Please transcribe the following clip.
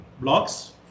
blocks